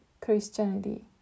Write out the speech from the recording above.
Christianity